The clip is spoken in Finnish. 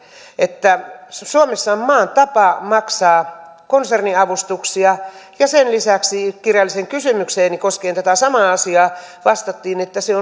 että suomessa on maan tapa maksaa konserniavustuksia ja sen lisäksi kirjalliseen kysymykseeni koskien tätä samaa asiaa vastattiin että se